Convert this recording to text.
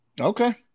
Okay